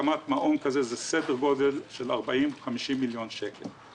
הקמת מעון כזה זה סדר גודל של 40, 50 מיליון שקל.